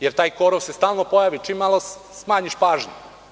Jer, taj korov se stalno pojavi, čim malo smanjiš pažnju.